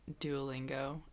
Duolingo